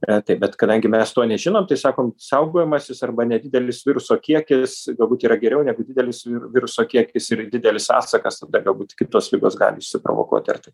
retai bet kadangi mes to nežinom tai sakom saugojimasis arba nedidelis viruso kiekis galbūt yra geriau negu didelis viruso kiekis ir didelis atsakas tada galbūt kitos ligos gali išsiprovokuoti